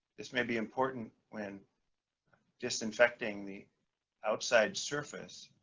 this may be important when disinfecting the outside surface